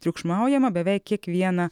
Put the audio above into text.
triukšmaujama beveik kiekvieną